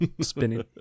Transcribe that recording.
spinning